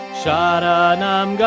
sharanam